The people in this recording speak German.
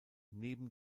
neben